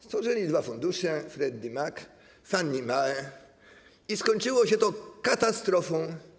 Stworzyli dwa fundusze: Freddie Mac i Fannie Mae, i skończyło się to katastrofą.